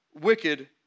wicked